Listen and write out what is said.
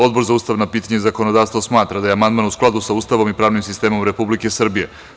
Odbor za ustavna pitanja i zakonodavstvo smatra da je amandman u skladu sa Ustavom i pravnim sistemom Republike Srbije.